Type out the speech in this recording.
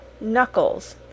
knuckles